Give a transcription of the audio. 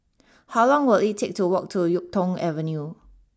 how long will it take to walk to Yuk Tong Avenue